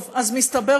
אז מסתבר,